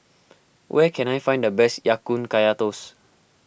where can I find the best Ya Kun Kaya Toast